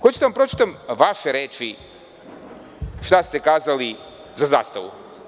Hoću da vam pročitam vaše reči, šta ste kazali za „Zastavu“